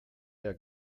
der